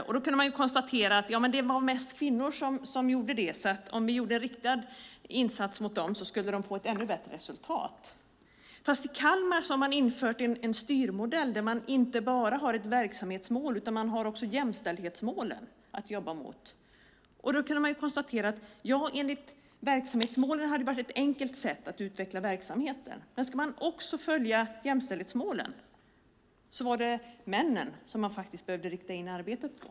Man kunde konstatera att det var flest kvinnor som gjorde det, så om man gjorde en riktad insats mot kvinnorna skulle man få ett ännu bättre resultat. I Kalmar har man dock infört en styrmodell där man inte bara har ett verksamhetsmål utan också jämställdhetsmål. Då kunde man konstatera att enligt verksamhetsmålen hade det varit ett enkelt sätt att utveckla verksamheten, men ska man också följa jämställdhetsmålen var det männen man behövde rikta in arbetet på.